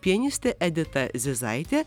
pianistė edita zizaitė